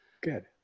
good